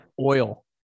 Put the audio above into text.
oil